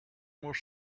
more